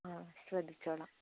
uh